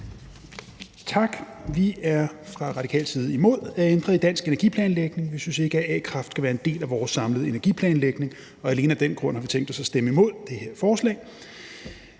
Tak. Vi er fra radikal side imod at ændre i dansk energiplanlægning. Vi synes ikke, at a-kraft skal være en del af vores samlede energiplanlægning, og alene af den grund har vi tænkt os at stemme imod det her forslag.